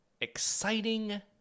exciting